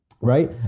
Right